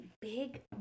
big